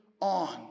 on